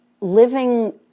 living